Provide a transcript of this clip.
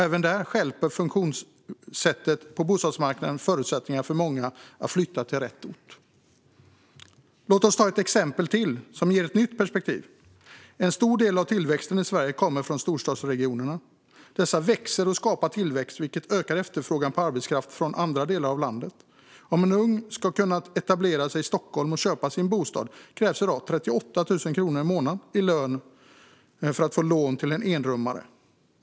Även där stjälper funktionssättet på bostadsmarknaden förutsättningarna för många att flytta till rätt ort. Låt oss ta ett exempel till, som ger ett nytt perspektiv. En stor del av tillväxten i Sverige kommer från storstadsregionerna. Dessa växer och skapar tillväxt, vilket ökar efterfrågan på arbetskraft från andra delar av landet. Om en ung person ska kunna etablera sig i Stockholm och köpa sin bostad krävs i dag 38 000 kronor i månaden i lön för att få lån till en enrummare.